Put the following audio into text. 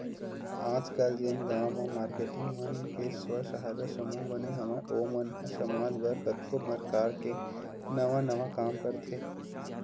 आजकल जेन गांव म मारकेटिंग मन के स्व सहायता समूह बने हवय ओ मन ह समाज बर कतको परकार ले नवा नवा काम करथे